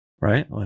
right